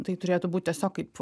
tai turėtų būt tiesiog kaip